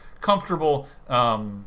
comfortable